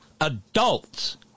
Adults